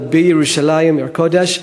עם ירושלים עיר הקודש,